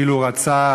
אילו רצה,